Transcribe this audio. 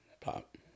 pop